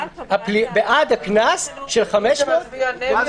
בעד הקנס של 500. מי שמצביע נגד